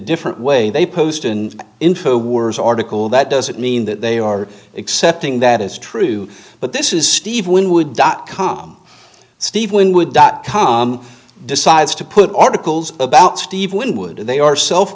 different way they post in infowars article that doesn't mean that they are accepting that is true but this is steve winwood dot com steve winwood dot com decides to put articles about steve winwood and they are self